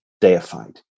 deified